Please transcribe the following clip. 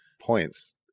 points